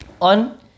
on